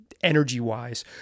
energy-wise